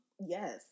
Yes